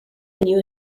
new